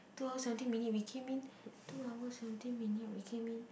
two hour seventeen minute we came in two hour seventeen minute we came in